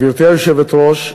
גברתי היושבת-ראש,